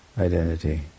identity